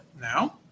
now